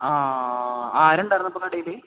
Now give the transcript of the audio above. ആ ആരുണ്ടായിരുന്നു അപ്പോൾ കടയിൽ